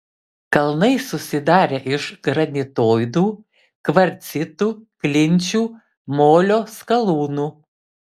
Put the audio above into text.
kalnai susidarę iš granitoidų kvarcitų klinčių molio skalūnų